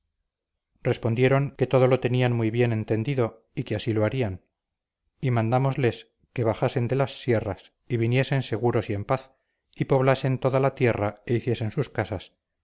respondieron que todo lo tenían muy bien entendido y que así lo harían y mandámosles que bajasen de las sierras y viniesen seguros y en paz y poblasen toda la tierra e hiciesen sus casas